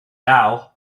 now